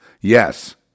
Yes